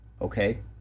okay